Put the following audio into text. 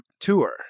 tour